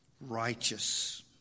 righteous